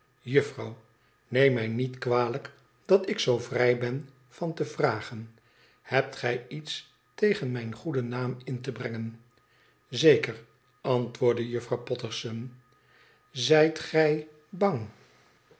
juffrouw neem mij met kwalijk dat ik zoo vrij ben van te vragen hebt gij iets tegen mijn goeden naam in te brengen zeker antwoordde juffrouw potterson zijt gij bang